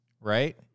right